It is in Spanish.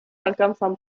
alcanzan